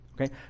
okay